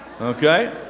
okay